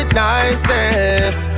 niceness